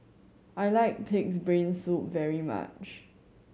I like Pig's Brain Soup very much